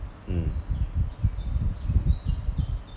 mm